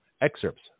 excerpts